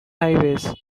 highways